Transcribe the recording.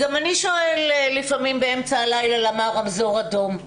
גם אני שואל לפעמים באמצע הלילה למה הרמזור אדום.